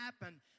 happen